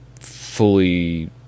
fully